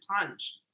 plunge